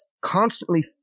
constantly